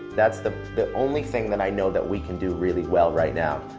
that's the the only thing that i know that we can do really well right now,